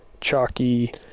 chalky